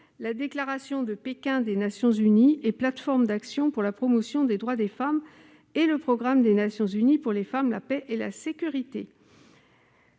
d'action de Pékin des Nations unies d'action pour la promotion des droits des femmes et le programme des Nations unies pour les femmes, la paix et la sécurité.